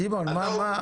סימון, מה?